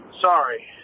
Sorry